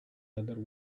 other